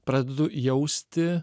pradedu jausti